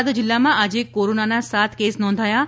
બોટાદ જિલ્લામાં આજે કોરોનાનાં સાત કેસ નોંધાયા છે